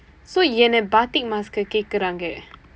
so என்ன:enna batik mask-ku கேக்குறாங்க:keekkuraangka